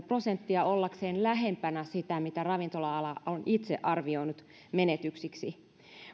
prosenttia ollakseen lähempänä sitä mitä ravintola ala on itse arvioinut menetyksiksi